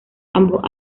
ambos